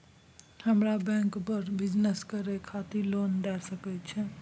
हमरा बैंक बर बिजनेस करे खातिर लोन दय सके छै?